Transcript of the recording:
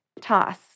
Toss